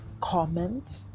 comment